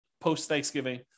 post-Thanksgiving